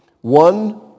One